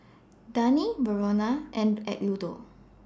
Dagny Verona and Eduardo